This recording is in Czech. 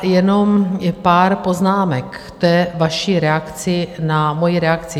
Jenom pár poznámek k vaší reakci na moji reakci.